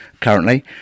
currently